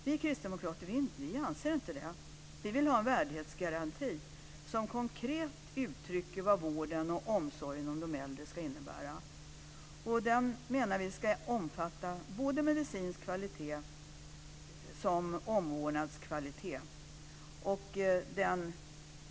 Vi kristdemokrater anser inte det. Vi vill ha en värdighetsgaranti som konkret uttrycker vad vården och omsorgen om de äldre ska innebära. Den ska omfatta, menar vi, både medicinsk kvalitet och omvårdnadskvalitet.